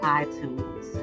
iTunes